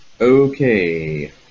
Okay